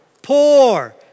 poor